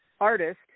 artist